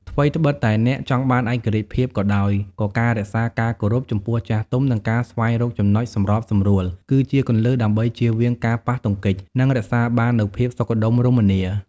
ថ្វីត្បិតតែអ្នកចង់បានឯករាជ្យភាពក៏ដោយ ក៏ការ រក្សាការគោរព ចំពោះចាស់ទុំ និងការ ស្វែងរកចំណុចសម្របសម្រួល គឺជាគន្លឹះដើម្បីជៀសវាងការប៉ះទង្គិច និងរក្សាបាននូវភាពសុខដុមរមនា។